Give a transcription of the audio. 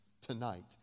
tonight